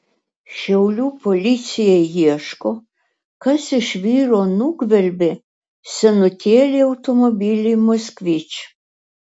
šiaulių policija ieško kas iš vyro nugvelbė senutėlį automobilį moskvič